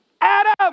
Adam